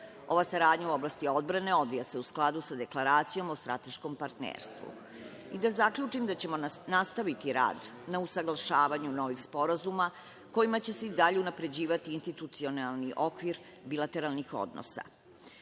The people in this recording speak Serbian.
Ova saradnja u oblasti odbrane odvija se u skladu sa Deklaracijom o strateškom partnerstvu. I da zaključim da ćemo nastaviti rad na usaglašavanju novih sporazuma kojima će se i dalje unapređivati institucionalni okvir bilateralnih odnosa. Predlog